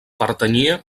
pertanyia